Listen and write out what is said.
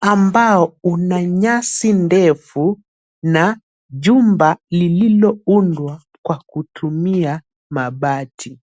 ambao una nyasi ndefu na jumba lililoundwa kwa kutumia mabati.